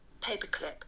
paperclip